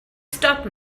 stop